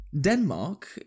Denmark